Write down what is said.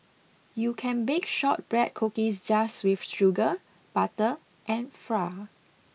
you can bake shortbread cookies just with sugar butter and flour